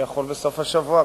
שיחול בסוף השבוע,